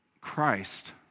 Christ